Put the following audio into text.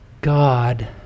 God